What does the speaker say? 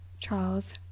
Charles